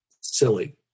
silly